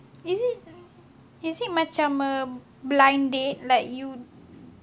is it is it macam blind date like you